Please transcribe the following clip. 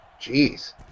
jeez